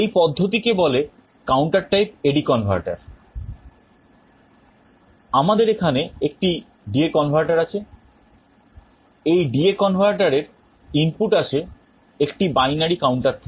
এই পদ্ধতিকে বলে counter type AD converter আমাদের এখানে একটি DA converter আছে এই DA converter এর ইনপুট আসে একটি binary counter থেকে